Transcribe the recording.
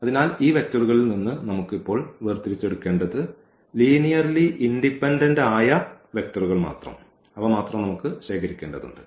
അതിനാൽ ഈ വെക്റ്ററുകളിൽ നിന്ന് നമുക്ക് ഇപ്പോൾ വേർതിരിച്ചെടുക്കേണ്ടത് ലീനിയർലി ഇൻഡിപെൻഡൻഡ് ആയ വെക്റ്ററുകൾ മാത്രം ശേഖരിക്കേണ്ടതുണ്ട്